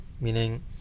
Meaning